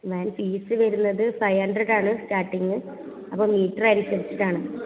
van fees വരുന്നത് five hundred ആണ് starting അപ്പോൾ മീറ്റർ അനുസരിച്ചിട്ടാണ്